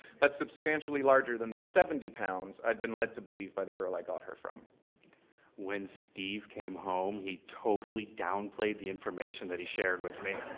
that's substantially larger than the seventy pounds i'd been led to believe by the girl i got her from. dw when steve came home, he totally downplayed the information that he shared with me.